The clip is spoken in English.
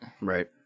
Right